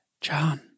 John